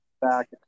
back